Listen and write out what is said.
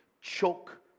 choke